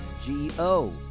G-O